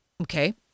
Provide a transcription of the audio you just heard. okay